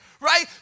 right